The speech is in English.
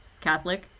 Catholic